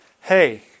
hey